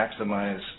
maximize